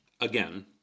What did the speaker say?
again